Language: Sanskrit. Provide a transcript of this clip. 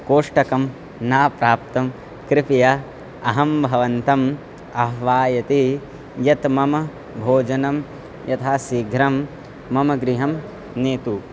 कोष्ठकं न प्राप्तं कृपया अहं भवन्तम् आह्वयामि यत् मम भोजनं यथा शीघ्रं मम गृहं नयतु